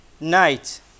night